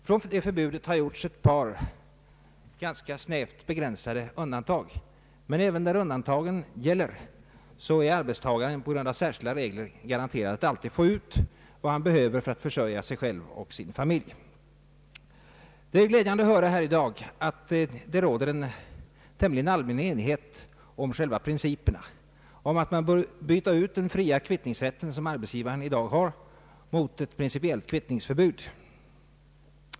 Från detta förbud har gjorts ett par ganska snävt begränsade undantag, men även när undantagen gäller är arbetstagaren på grund av särskilda regler garanterad att alltid få ut vad han behöver för att försörja sig själv och sin familj. Det är glädjande att höra här i dag att det råder en tämligen allmän enighet om själva principerna att man bör byta den fria kvittningsrätt som arbetsgivaren i dag har mot ett principiellt kvittningsförbud.